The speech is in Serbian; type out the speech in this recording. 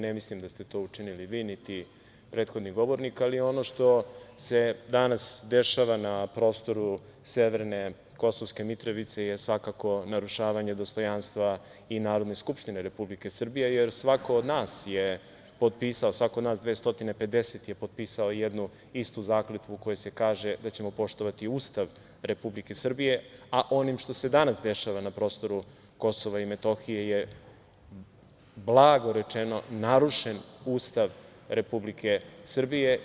Ne mislim da ste to učinili vi, niti prethodni govornik, ali ono što se danas dešava na prostoru severne Kosovske Mitrovice je svakako narušavanje dostojanstva i Narodne skupštine Republike Srbije, jer svako od nas je potpisao, svako od nas 250 je potpisao jednu istu zakletvu u kojoj se kaže da ćemo poštovati Ustav Republike Srbije, a onim što se danas dešava na prostoru Kosova i Metohije je blago rečeno narušen Ustav Republike Srbije.